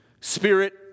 spirit